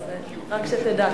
אז רק שתדע,